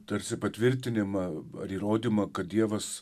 tarsi patvirtinimą ar įrodymą kad dievas